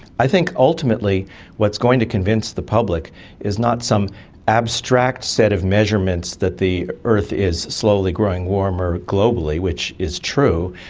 i think ultimately what's going to convince the public is not some abstract set of measurements that the earth is slowly growing warmer globally, which is true,